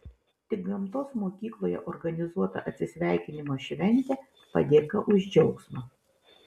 tik gamtos mokykloje organizuota atsisveikinimo šventė padėka už džiaugsmą